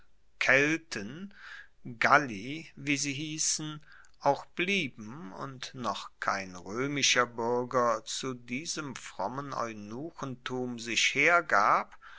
kelten galli wie sie hiessen auch blieben und noch kein roemischer buerger zu diesem frommen eunuchentum sich hergab